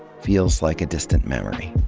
feels like a distant memory.